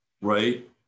right